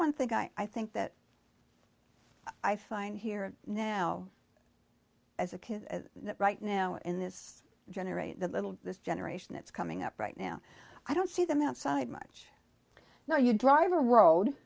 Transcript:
one thing i think that i find here now as a kid right now in this generate little this generation that's coming up right now i don't see them outside much no you drive a road